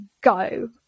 go